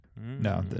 no